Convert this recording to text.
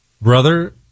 Brother